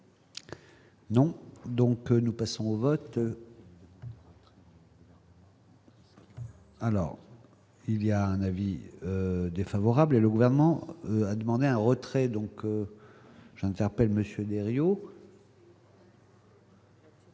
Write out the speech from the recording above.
Non, donc nous passons au vote. Alors il y a un avis défavorable, et le gouvernement a demandé un retrait, donc je ne fais